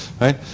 right